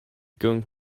going